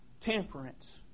temperance